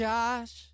Josh